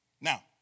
Now